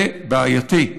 זה בעייתי.